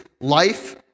life